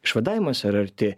išvadavimas yra arti